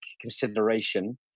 consideration